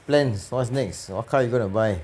plans what's next what car you're going to buy